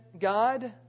God